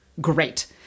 great